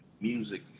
music